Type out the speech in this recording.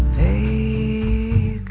a